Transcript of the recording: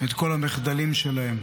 את כל המחדלים שלהם.